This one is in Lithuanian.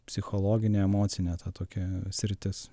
psichologinė emocinė ta tokia sritis